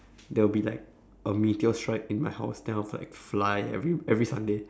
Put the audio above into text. there will be like a meteor strike in my house then I was like fly every every Sunday